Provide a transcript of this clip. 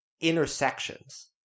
intersections